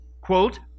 Quote